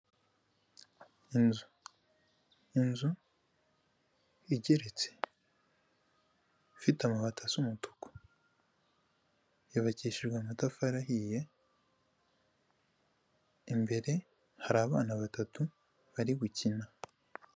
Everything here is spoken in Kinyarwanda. Inzu inzu igeretse ifite amabati asa umutuku yubakishijwe amatafari ahiye, imbere hari abana batatu bari gukina.